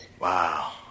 Wow